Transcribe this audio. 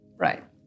Right